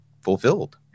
fulfilled